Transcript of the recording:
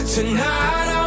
Tonight